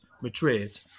Madrid